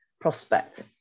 prospect